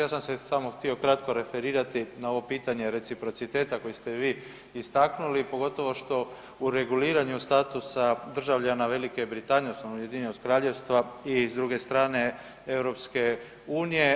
Ja sam se samo htio kratko referirati na ovo pitanje reciprocita koji ste vi istaknuli, pogotovo što u reguliranju statusa državljana Velike Britanije odnosno Ujedinjenog Kraljevstva i s druge strane EU.